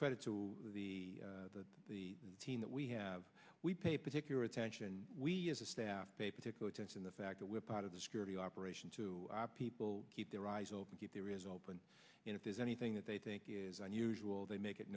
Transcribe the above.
credit to the the team that we have we pay particular attention we as a staff pay particular attention the fact that we're part of the security operation to our people keep their eyes open keep their is open and if there's anything that they think is unusual they make it